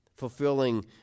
fulfilling